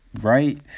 right